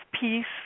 peace